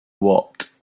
what